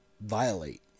violate